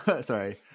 sorry